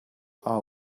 are